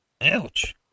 Ouch